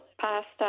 pasta